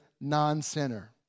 non-sinner